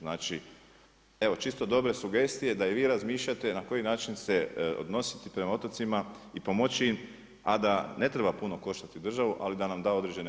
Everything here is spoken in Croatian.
Znači, evo čisto dobra sugestije da i vi razmišljate na koji način se odnositi prema otocima i pomoći im a da ne treba puno koštati državu ali da nam da određene mogućnosti.